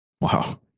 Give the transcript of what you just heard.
Wow